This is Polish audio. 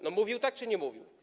No, mówił tak czy nie mówił?